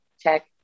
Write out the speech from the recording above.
check